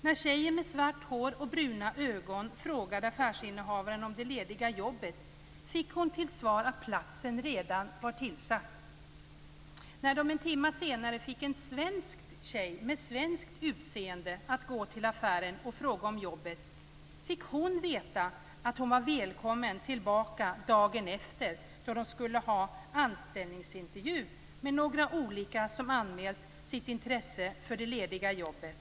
När tjejen, med svart hår och bruna ögon, frågade affärsinnehavaren om det lediga jobbet fick hon till svar att platsen redan var tillsatt. När en svensk tjej med svenskt utseende en timme senare gick till affären och frågade om jobbet fick hon veta att hon var välkommen tillbaka dagen efter. Då skulle man ha anställningsintervjuer med några olika personer som anmält sitt intresse för det lediga jobbet.